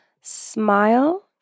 smile